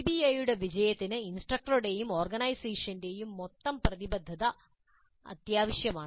പിബിഐയുടെ വിജയത്തിന് ഇൻസ്ട്രക്ടറുടെയും ഓർഗനൈസേഷന്റെയും മൊത്തം പ്രതിബദ്ധത അത്യാവശ്യമാണ്